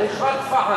יש רק "פחם".